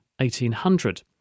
1800